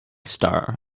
star